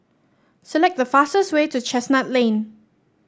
select the fastest way to Chestnut Lane